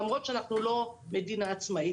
למרות שאנחנו לא מדינה עצמאית,